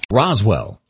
roswell